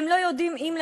הם לא יודעים אם,